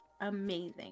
amazing